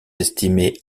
estimées